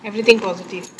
everything positive